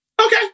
Okay